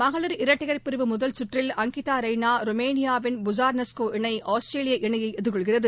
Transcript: மகளிர் இரட்டையர் பிரிவு முதல் சுற்றில் அங்கிதாரெய்னா ருமேனியாவின் பூசர்னெஸ்கா இணை ஆஸ்திரேலிய இணையைஎதிர்கொள்கிறது